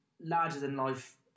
larger-than-life